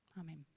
Amen